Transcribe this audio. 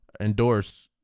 endorse